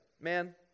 man